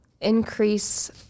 increase